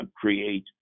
create